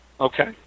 Okay